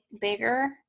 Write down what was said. bigger